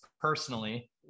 personally